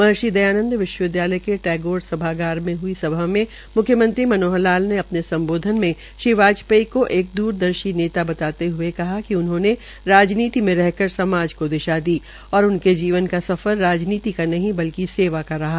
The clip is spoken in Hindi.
महर्षि दयानंद विश्वविद्यालय के टैगोर सभागार में हुई सभा में मुख्यमंत्री मनोहर लाल ने अपने सम्बोधन में श्री वाजपेयी को एक दुरदर्शी नेता बताते हए कहा कि उन्होंने राजनीति मे रहकर समाज को दिशा दी और उनके जीवन का सफर राजनीति का नहीं बल्कि सेवा का रहा